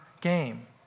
game